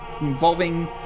involving